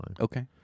Okay